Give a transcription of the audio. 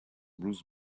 blouses